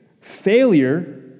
failure